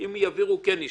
אם יעבירו זה כן ישנה.